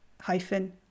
hyphen